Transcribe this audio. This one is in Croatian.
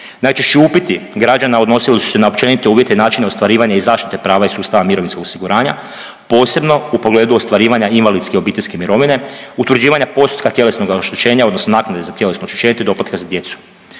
Najčešći upiti građana odnosili su se na općenite uvjete i načine ostvarivanja iz zaštite prava iz sustava mirovinskog osiguranja, posebno u pogledu ostvarivanja invalidske obiteljske mirovine, utvrđivanja postotka tjelesnoga oštećenja odnosno naknade za tjelesno oštećenje te doplatka za djecu.